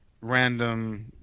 random